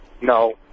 No